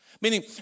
Meaning